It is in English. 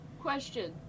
Question